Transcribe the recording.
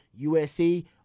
USC